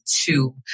two